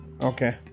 Okay